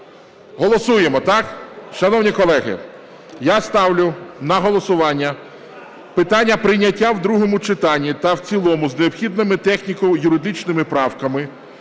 Голосуємо, так? Шановні колеги, я ставлю на голосування питання прийняття в другому читанні та в цілому з необхідними техніко-юридичними правками